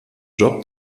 job